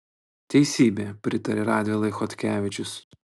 teisybė pritaria radvilai chodkevičius